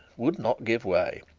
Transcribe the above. would not give way.